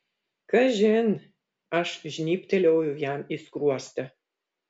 kažin aš žnybtelėjau jam į skruostą